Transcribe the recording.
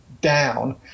down